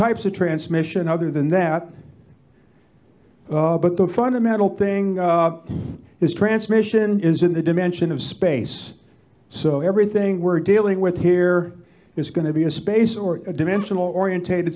types of transmission other than that but the fundamental thing is transmission is in the dimension of space so everything we're dealing with here is going to be a space or a dimensional orientated